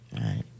right